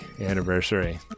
Anniversary